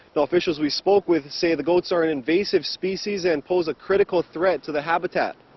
officials we spoke with say the goats are an invasive species and pose a critical threat to the habitat.